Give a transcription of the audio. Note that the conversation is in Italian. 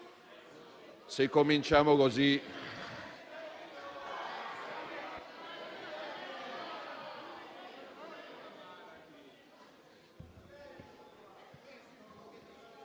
Se cominciamo così